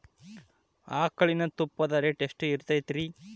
ಆಕಳಿನ ತುಪ್ಪದ ರೇಟ್ ಎಷ್ಟು ಇರತೇತಿ ರಿ?